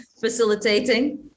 facilitating